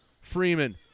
Freeman